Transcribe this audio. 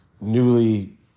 newly